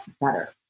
better